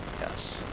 Yes